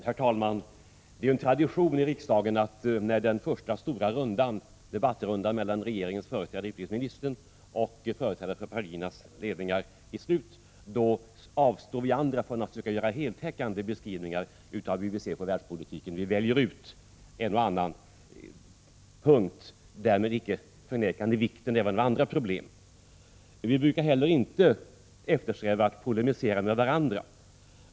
Herr talman! När den första debattrundan mellan regeringens företrädare utrikesministern och företrädare för partiledningarna är slut är det en tradition här i riksdagen att vi andra avstår från att göra heltäckande beskrivningar av hur vi ser på världspolitiken. Vi väljer ut en och annan punkt, därmed icke förnekande vikten av andra problem. Vi brukar inte heller eftersträva att polemisera med varandra.